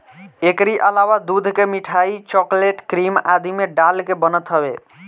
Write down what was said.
एकरी अलावा दूध के मिठाई, चोकलेट, क्रीम आदि में डाल के बनत हवे